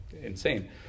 insane